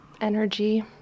Energy